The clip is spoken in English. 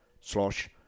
slosh